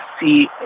see